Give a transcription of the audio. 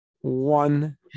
one